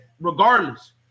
regardless